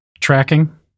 tracking